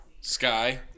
Sky